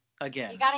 again